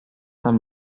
tam